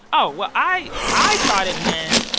oh, well, i i thought it meant,